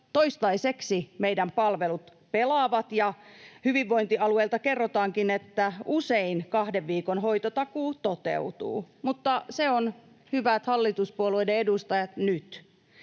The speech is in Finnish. toistaiseksi meidän palvelut pelaavat, ja hyvinvointialueilta kerrotaankin, että usein kahden viikon hoitotakuu toteutuu, mutta se on, hyvät hallituspuolueiden edustajat, nyt.